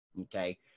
okay